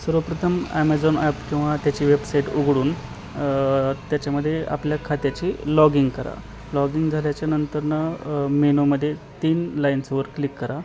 सर्वप्रथम Amazon app किंवा त्याची वेबसाइट उघडून त्याच्यामध्ये आपल्या खात्याचे लॉगिंग करा लॉगिंग झाल्याच्या नंतरनं मेनूमध्ये तीन लाइन्सवर क्लिक करा